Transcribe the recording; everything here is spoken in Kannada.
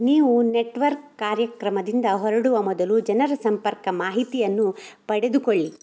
ನೀವು ನೆಟ್ವರ್ಕ್ ಕಾರ್ಯಕ್ರಮದಿಂದ ಹೊರಡುವ ಮೊದಲು ಜನರ ಸಂಪರ್ಕ ಮಾಹಿತಿಯನ್ನು ಪಡೆದುಕೊಳ್ಳಿ